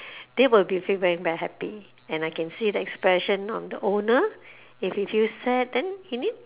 they will be feeling very happy and I can see the expression on the owner if he feel sad then he need